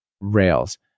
Rails